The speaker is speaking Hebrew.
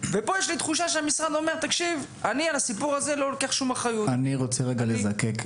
ופה יש לי תחושה שהמשרד אומר: אני לא לוקח שום אחריות על הסיפור הזה.